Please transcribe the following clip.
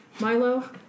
Milo